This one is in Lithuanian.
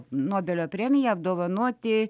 nobelio premija apdovanoti